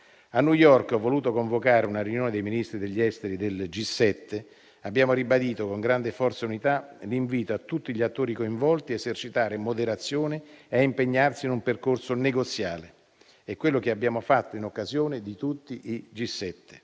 A New York ho voluto convocare una riunione dei Ministri degli esteri del G7 e abbiamo ribadito con grande forza e unità l'invito a tutti gli attori coinvolti ad esercitare moderazione e a impegnarsi in un percorso negoziale; è quello che abbiamo fatto in occasione di tutti i G7.